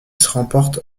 remporte